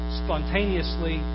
spontaneously